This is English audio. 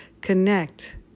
connect